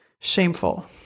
shameful